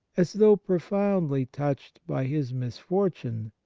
as though profoundly touched by his misfortune,